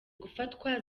gufatwa